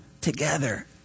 together